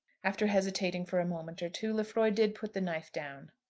after hesitating for a moment or two, lefroy did put the knife down.